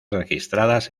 registradas